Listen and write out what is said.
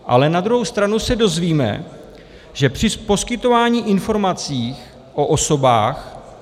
Ale na druhou stranu se dozvíme, že při poskytování informací o osobách...